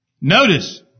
notice